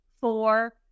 four